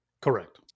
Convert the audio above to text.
Correct